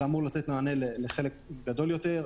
זה אמור לתת מענה לחלק גדול יותר.